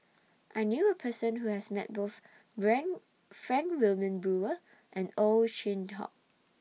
I knew A Person Who has Met Both Frank Wilmin Brewer and Ow Chin Hock